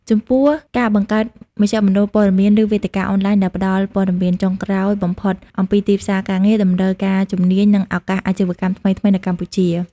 ចំពោះការបង្កើតមជ្ឈមណ្ឌលព័ត៌មាន ឬវេទិកាអនឡាញដែលផ្តល់ព័ត៌មានចុងក្រោយបំផុតអំពីទីផ្សារការងារ តម្រូវការជំនាញ និងឱកាសអាជីវកម្មថ្មីៗនៅកម្ពុជា។